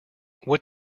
what